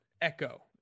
Echo